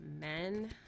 men